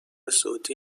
صوتی